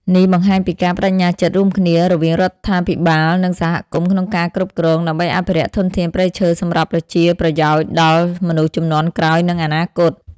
នេះបង្ហាញពីការប្ដេជ្ញាចិត្តរួមគ្នារវាងរដ្ឋាភិបាល និងសហគមន៍ក្នុងការគ្រប់គ្រង ដើម្បីអភិរក្សធនធានព្រៃឈើសម្រាប់ជាប្រយោជន៍ដល់មនុស្សជំនាន់ក្រោយ និងអនាគត។